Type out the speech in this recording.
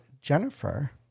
Jennifer